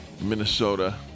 Minnesota